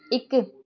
ਇੱਕ